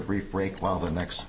break while the next